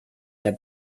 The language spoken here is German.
herr